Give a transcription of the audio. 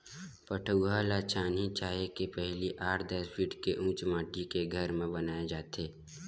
पठउवा ल छानही छाहे ले पहिली आठ, दस फीट के उच्च माठी के घर म बनाए जाथे